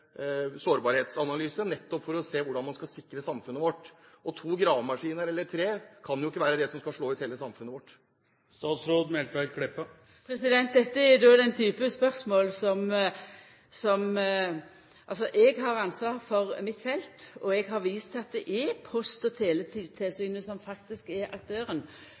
hvordan man kan sikre samfunnet vårt. To gravemaskiner eller tre kan jo ikke være det som skal slå ut hele samfunnet vårt. Eg har ansvar for mitt felt, og eg har vist til at det er Post- og teletilsynet som faktisk er aktøren